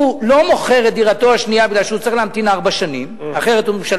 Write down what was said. הוא לא מוכר את דירתו השנייה מפני שהוא צריך להמתין ארבע שנים,